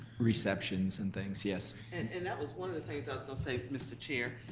receptions and things. yes? and and that was one of the things i was gonna say, mr. chair,